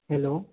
hello